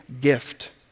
gift